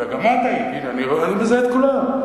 גם את היית, אני מזהה את כולם.